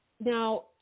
Now